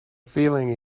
feeling